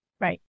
Right